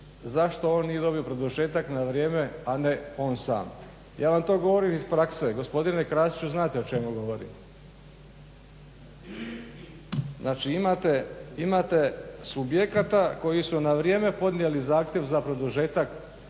zašto on nije dobio produžetak na vrijeme, a ne on sam. Ja vam to govorim iz prakse gospodine Krasiću znate o čemu govorim. Znači, imate subjekata koji su na vrijeme podnijeli zahtjev za produžetak